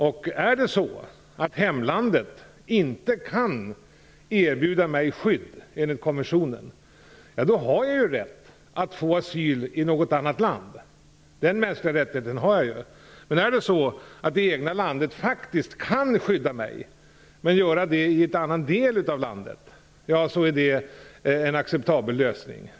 Om hemlandet inte kan erbjuda en människa skydd enligt konventionen då har han eller hon rätt att få asyl i något annat land. Den mänskliga rättigheten finns. Men om det egna landet kan skydda denna människa i en annan del av landet, då är det en acceptabel lösning.